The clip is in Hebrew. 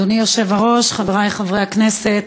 אדוני היושב-ראש, חברי חברי הכנסת,